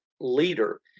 leader